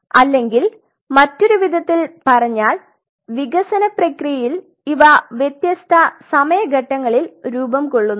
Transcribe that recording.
അല്ലെങ്കിൽ മറ്റൊരു വിധത്തിൽ പറഞ്ഞാൽ വികസന പ്രക്രിയയിൽ ഇവ വ്യത്യസ്ത സമയ ഘട്ടങ്ങളിൽ രൂപം കൊള്ളുന്നു